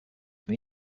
from